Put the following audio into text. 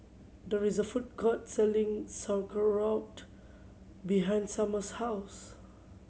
there is a food court selling Sauerkraut behind Summer's house